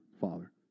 father